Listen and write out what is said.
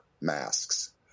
masks